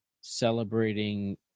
celebrating